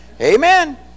Amen